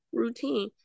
routine